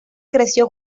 creció